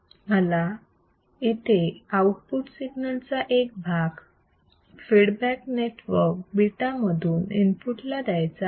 मला इथे output signal चा एक भाग फीडबॅक नेटवर्क β मधून इनपुट ला द्यायचा आहे